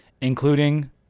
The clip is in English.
including